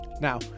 Now